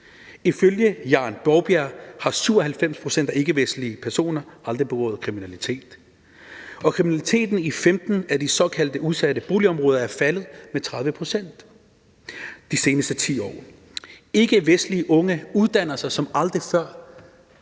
Ifølge Hjarn Borberg har 97 pct. af ikkevestlige personer aldrig begået kriminalitet. Og kriminaliteten i 15 af de såkaldt udsatte boligområder er faldet med 30 pct. de seneste 10 år. Ikkevestlige unge uddanner sig som aldrig før.